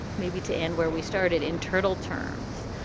maybe to end where we started in turtle terms.